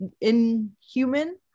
inhuman